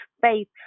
faith